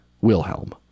Wilhelm